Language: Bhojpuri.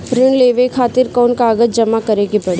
ऋण लेवे खातिर कौन कागज जमा करे के पड़ी?